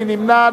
מי נמנע?